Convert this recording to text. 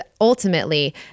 ultimately